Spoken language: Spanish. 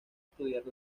estudiar